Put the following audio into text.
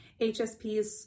HSPs